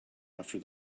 after